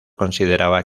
consideraba